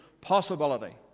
possibility